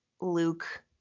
Luke